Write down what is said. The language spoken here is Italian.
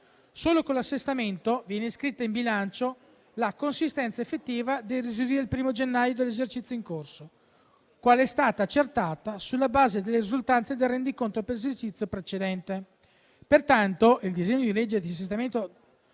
Solo con l'assestamento viene iscritta in bilancio la consistenza effettiva dei residui al 1° gennaio dell'esercizio in corso, quale è stata accertata sulla base delle risultanze del rendiconto per l'esercizio precedente.